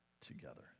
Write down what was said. together